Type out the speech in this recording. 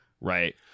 Right